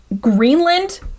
greenland